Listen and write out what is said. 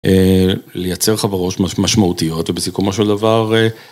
לייצר חברות משמעותיות ובסיכומו של דבר